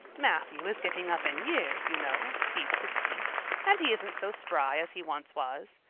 matthew is getting up in years, you know he's sixty and he isn't so spry as he once was.